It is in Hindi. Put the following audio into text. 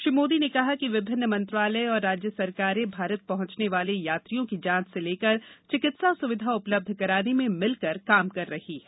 श्री मोदी ने कहा कि विभिन्न मंत्रालय और राज्य सरकारें भारत पहुंचने वाले यात्रियों की जांच से लेकर चिकित्सा सुविधा उपलब्ध कराने में भिलकर काम कर रही हैं